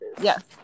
Yes